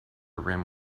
rim